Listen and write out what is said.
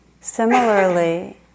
similarly